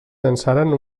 llançaren